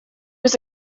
was